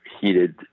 heated